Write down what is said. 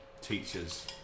teachers